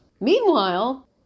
Meanwhile